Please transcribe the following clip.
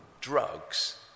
drugs